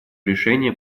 решения